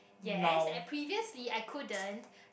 yes I previously I couldn't